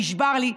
נשבר לי.